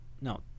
No